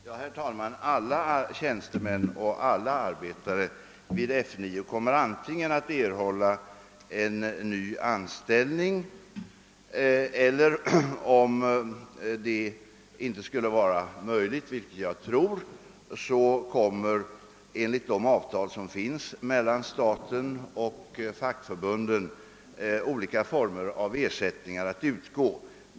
Herr talman! Alla tjänstemän och arbetare vid F 9 kommer antingen att erhålla ny anställning eller, om detta inte skulle vara möjligt, vilket jag dock tror, kommer enligt de avtal som finns mel lan staten och fackförbundet olika former av ersättning att utgå.